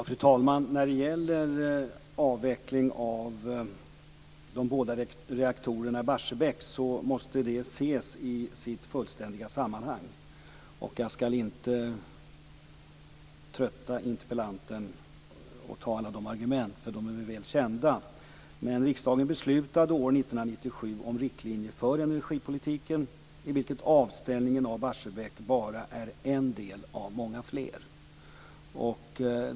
Fru talman! När det gäller avvecklingen av de båda reaktorerna i Barsebäck måste den ses i sitt fullständiga sammanhang. Jag skall inte trötta interpellanten med alla argument, för de är väl kända. Men riksdagen beslutade år 1997 om riktlinjer för energipolitiken, i vilka avställningen av Barsebäck bara är en del bland många fler.